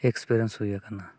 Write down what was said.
ᱦᱩᱭ ᱟᱠᱟᱱᱟ